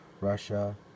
Russia